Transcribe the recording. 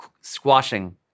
squashing